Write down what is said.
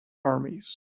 armies